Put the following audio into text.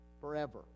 forever